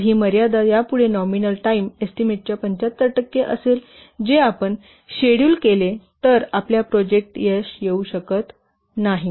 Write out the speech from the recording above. तर ही मर्यादा यापुढे नॉमिनल टाईम एस्टीमेटच्या 75 टक्के असेल जे आपण शेड्यूल केले तर आपल्या प्रोजेक्ट यश येऊ शकत नाही